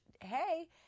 hey